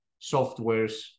softwares